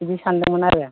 बिदि सानदोंमोन आरो